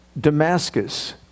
Damascus